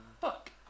fuck